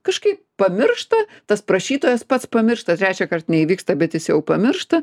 kažkaip pamiršta tas prašytojas pats pamiršta trečiąkart neįvyksta bet jis jau pamiršta